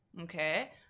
Okay